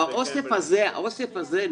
האוסף הזה,